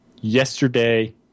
yesterday